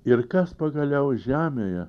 ir kas pagaliau žemėje